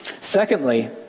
Secondly